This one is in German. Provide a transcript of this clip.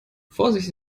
vorsicht